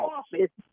office